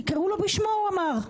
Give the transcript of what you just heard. תקראו לו בשמו, הוא אמר.